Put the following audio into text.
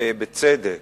ובצדק,